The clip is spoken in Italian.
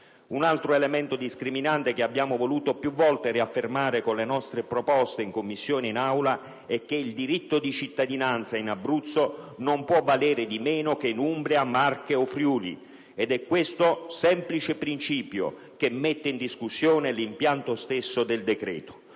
Un altro elemento discriminante che abbiamo voluto più volte riaffermare con le nostre proposte in Commissione e in Aula, è che il diritto di cittadinanza in Abruzzo non può valere di meno che in Umbria, Marche o Friuli ed è questo semplice principio che mette in discussione l'impianto stesso del decreto.